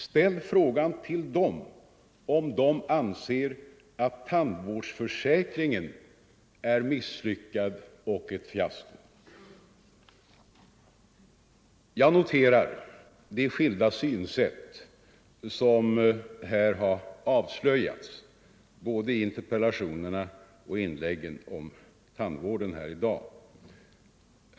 Ställ frågan till dem, om de anser att tandvårdsförsäkringen är misslyckad och ett fiasko! Jag noterar de skilda synsätt som har avslöjats både i interpellationerna och i inläggen om tandvården i dag.